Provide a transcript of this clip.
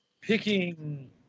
picking